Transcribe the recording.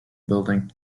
building